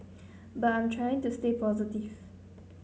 but I'm trying to stay positive